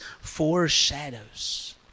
foreshadows